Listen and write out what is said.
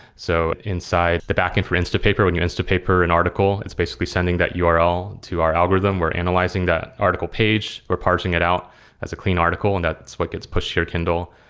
so inside the backend for instapaper, when you instapaper an article, it's basically sending that url to our algorithm. we're analyzing that article page. we're parsing it out as a clean article, and that's what gets pushed to your kindle.